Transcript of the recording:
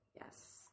Yes